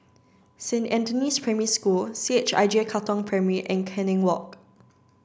Saint Anthony's Primary School C H I J Katong Primary and Canning Walk